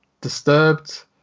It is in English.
disturbed